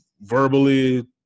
verbally